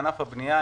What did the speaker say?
ענף הבנייה,